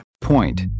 Point